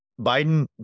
Biden